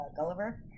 Gulliver